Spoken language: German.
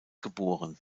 geboren